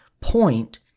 point